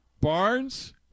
Barnes –